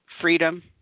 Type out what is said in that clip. freedom